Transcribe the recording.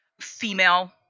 female